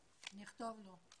טוב, תחזור על השאלה שלך אחר כך.